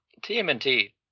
TMNT